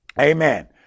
amen